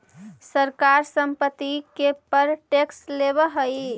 सरकार संपत्ति के पर टैक्स लेवऽ हई